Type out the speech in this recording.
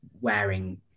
wearing